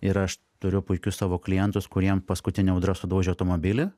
ir aš turiu puikius savo klientus kuriem paskutinė audra sudaužė automobilį